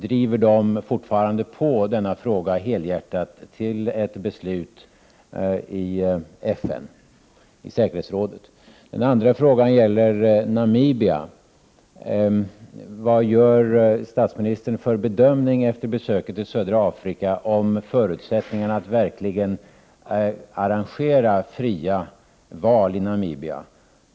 Driver de fortfarande på denna fråga helhjärtat, till ett beslut i FN:s säkerhetsråd? Den andra frågan gäller Namibia. Vilken bedömning gör statsministern, efter besöket i södra Afrika, av förutsättningarna att verkligen arrangera fria val i Namibia?